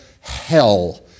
hell